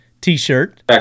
T-shirt